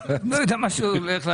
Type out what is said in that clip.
אני לא מדבר על מקרים שבהם השלטון